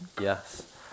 Yes